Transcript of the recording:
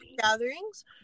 gatherings